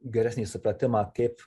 geresnį supratimą kaip